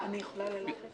אני יכולה ללכת?